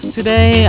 Today